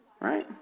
Right